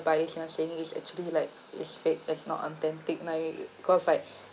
buyers you know saying it's actually like it's fake it's not authentic like cause like